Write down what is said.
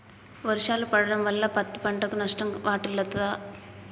వర్షాలు పడటం వల్ల పత్తి పంటకు నష్టం వాటిల్లుతదా?